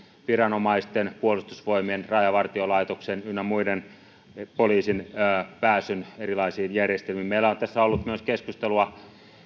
viranomaisten puolustusvoimien rajavartiolaitoksen poliisin ynnä muiden pääsyn erilaisiin järjestelmiin meillä on tässä ollut myös keskustelua